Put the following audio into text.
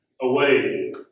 away